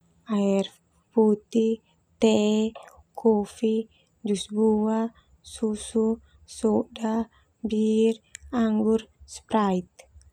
Air putih, teh, kofi, jus buah, susu, soda, bir, anggur, Sprite.